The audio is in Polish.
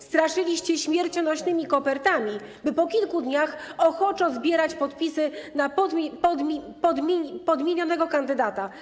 Straszyliście śmiercionośnymi kopertami, by po kilku dniach ochoczo zbierać podpisy na podmienionego kandydata.